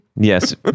Yes